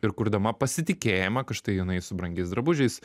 ir kurdama pasitikėjimą kad štai jinai su brangiais drabužiais